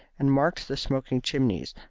and marked the smoking chimneys,